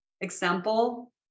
example